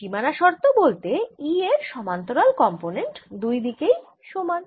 সীমানা শর্ত বলতে E এর সমান্তরাল কম্পোনেন্ট দুই দিকেই সমান